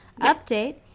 update